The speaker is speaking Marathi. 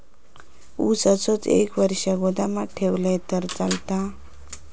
ऊस असोच एक वर्ष गोदामात ठेवलंय तर चालात?